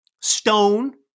stone